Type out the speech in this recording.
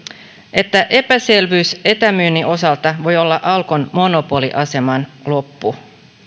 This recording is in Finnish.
että epäselvyys etämyynnin osalta voi olla alkon monopoliaseman loppu